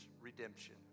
redemption